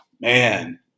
Man